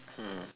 hmm